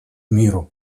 миру